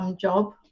job